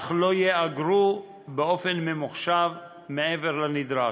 אך לא ייאגרו באופן ממוחשב מעבר לנדרש.